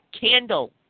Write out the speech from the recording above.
candle